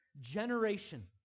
generation